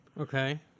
Okay